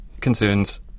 concerns